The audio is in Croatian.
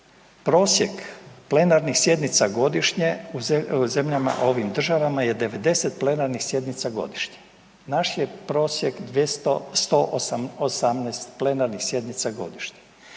Prosjek plenarnih sjednica godišnje u zemljama, u ovim državama je 90 plenarnih sjednica godišnje. Naš je prosjek 118 plenarnih sjednica godišnje.